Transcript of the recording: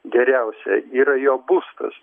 geriausia yra jo būstas